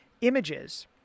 images